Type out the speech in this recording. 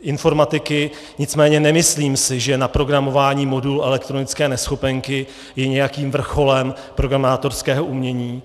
informatiky, nicméně si nemyslím, že naprogramování modulu elektronické neschopenky je nějakým vrcholem programátorského umění.